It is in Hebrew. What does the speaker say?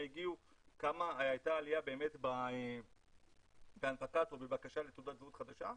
כמה הייתה עליה באמת בהנפקת או בבקשה לתעודת זהות חדשה,